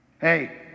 hey